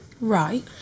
Right